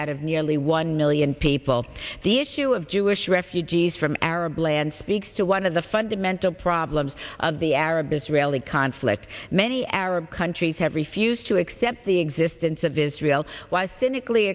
out of nearly one million people the issue of jewish refugees from arab lands speaks to one of the fundamental problems of the arab israeli conflict many arab countries have refused to accept the existence of israel why finical